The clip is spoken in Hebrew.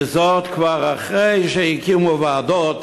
וזאת כבר אחרי שהקימו ועדות,